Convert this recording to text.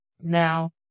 Now